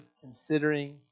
considering